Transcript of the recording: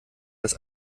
dass